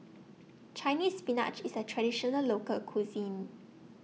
Chinese Spinach IS A Traditional Local Cuisine